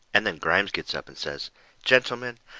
and then grimes gets up and says gentlemen,